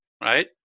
right